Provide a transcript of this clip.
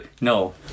no